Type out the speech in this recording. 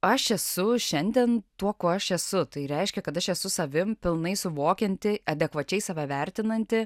aš esu šiandien tuo kuo aš esu tai reiškia kad aš esu savim pilnai suvokianti adekvačiai save vertinanti